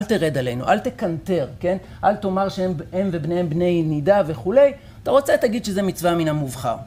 אל תרד עלינו, אל תקנטר, כן? אל תאמר שהם ובניהם בני נידה וכולי. אתה רוצה תגיד שזה מצווה מן המובחר.